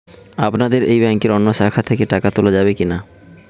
আপনাদের এই ব্যাংকের অন্য শাখা থেকে টাকা তোলা যাবে কি না?